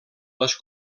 les